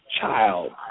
child